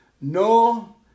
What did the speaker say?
No